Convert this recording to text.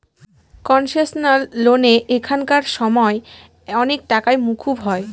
concessional লোনে এখানকার সময় অনেক টাকাই মকুব হয়